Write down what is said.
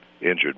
injured